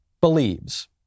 believes